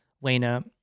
Lena